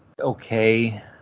okay